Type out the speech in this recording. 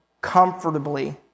comfortably